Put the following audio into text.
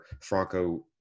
Franco